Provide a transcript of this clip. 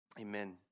Amen